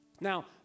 Now